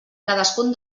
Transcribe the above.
cadascun